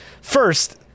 first